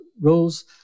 rules